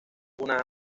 una